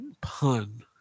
pun